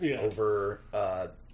over